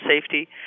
safety